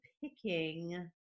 picking